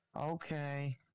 Okay